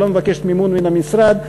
ולא מבקשת מימון מן המשרד,